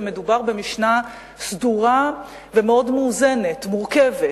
ומדובר במשנה סדורה ומאוד מאוזנת, מורכבת,